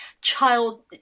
child